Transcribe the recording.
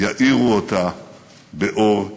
יאירו אותה באור גדול.